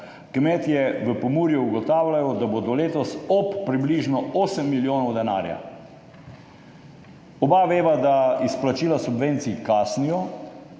kmetje v Pomurju ugotavljajo, da bodo letos ob približno 8 milijonov evrov denarja. Oba veva, da izplačila subvencij kasnijo,